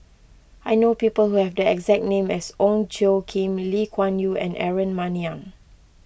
I know people who have the exact name as Ong Tjoe Kim Lee Kuan Yew and Aaron Maniam